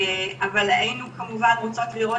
עד אז הייתי אישה מאוד בריאה,